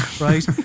right